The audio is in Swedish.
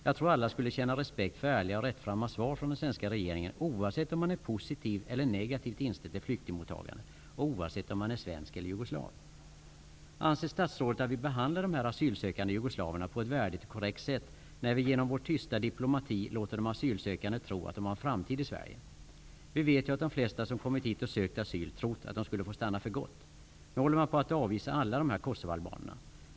Jag tror att alla skulle känna respekt för ärliga och rättframma svar från den svenska regeringen oavsett om man är positivt eller negativt inställd till flyktingmottagande och oavsett om man är svensk eller jugoslav. Anser statsrådet att vi behandlar dessa asylsökande jugoslaver på ett värdigt och korrekt sätt när vi genom vår tysta diplomati låter de asylsökande tro att de har en framtid i Sverige? Vi vet ju att de flesta som kommit hit och sökt asyl har trott att de skulle få stanna för gott. Nu håller man på att avvisa alla dessa kosovoalbaner.